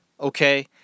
Okay